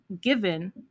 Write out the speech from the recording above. given